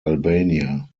albania